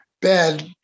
bad